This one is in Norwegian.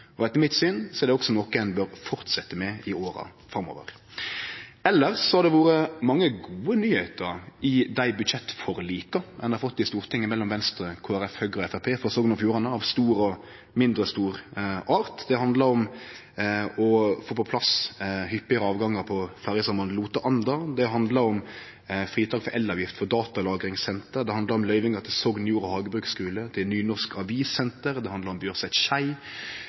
Etter mitt syn er det også noko ein bør fortsetje med i åra framover. Elles har det vore mange gode nyheiter i dei budsjettforlika ein har fått i Stortinget mellom Venstre, Kristeleg Folkeparti, Høgre og Framstegspartiet for Sogn og Fjordane, av stor og mindre stor art. Det handlar om å få på plass hyppigare avgangar på ferjesambandet Lote–Anda. Det handlar om fritak for elavgift for datalagringssenter, det handlar om løyvingar til Sogn Jord- og Hagebruksskule og til Nynorsk Avissenter. Det handlar om